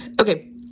okay